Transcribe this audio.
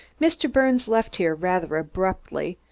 mr. birnes left here rather abruptly,